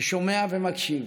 ששומע ומקשיב